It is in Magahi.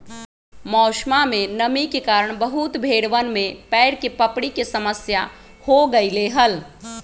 मौसमा में नमी के कारण बहुत भेड़वन में पैर के पपड़ी के समस्या हो गईले हल